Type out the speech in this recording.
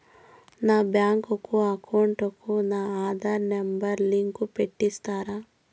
నా bank account కు నా ఆధార్ నెంబర్ లింకు పెట్టి ఇస్తారా?